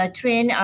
train